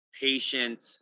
patient